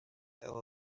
ever